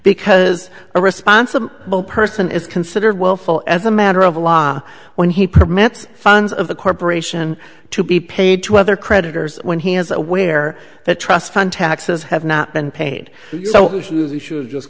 because a responsible person is considered willful as a matter of law when he permits funds of the corporation to be paid to other creditors when he is aware that trust fund taxes have not been paid so we should just